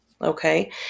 okay